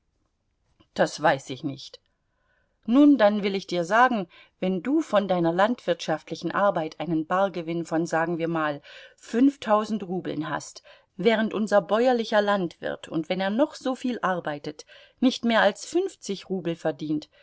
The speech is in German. das weiß ich nicht nun dann will ich dir sagen wenn du von deiner landwirtschaftlichen arbeit einen bargewinn von sagen wir mal fünftausend rubeln hast während unser bäuerlicher landwirt und wenn er noch soviel arbeitet nicht mehr als fünfzig rubel verdient